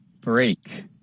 Break